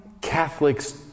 Catholics